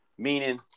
Meaning